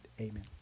amen